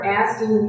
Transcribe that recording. asking